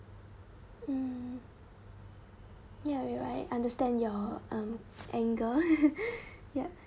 mm ya ya I understand your um anger yup